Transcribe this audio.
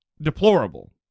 deplorable